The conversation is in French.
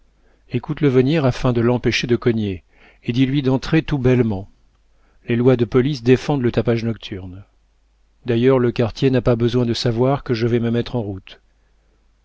froidfond écoute-le venir afin de l'empêcher de cogner et dis-lui d'entrer tout bellement les lois de police défendent le tapage nocturne d'ailleurs le quartier n'a pas besoin de savoir que je vais me mettre en route